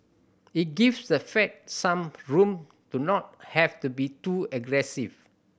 it gives the Fed some room to not have to be too aggressive